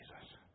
Jesus